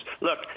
Look